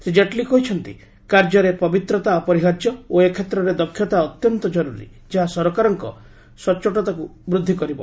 ଶ୍ରୀ କେଟ୍ଲୀ କହିଛନ୍ତି କାର୍ଯ୍ୟରେ ପବିତ୍ରତା ଅପରିହାର୍ଯ୍ୟ ଓ ଏ କ୍ଷେତ୍ରରେ ଦକ୍ଷତା ଅତ୍ୟନ୍ତ ଜର୍ରରୀ ଯାହା ସରକାରଙ୍କ ସଚ୍ଚୋଟତା ବୃଦ୍ଧି କରିବ